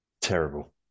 Terrible